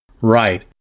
Right